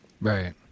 right